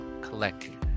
collecting